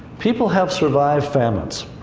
people have survived famines,